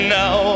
now